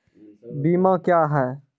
बीमा क्या हैं?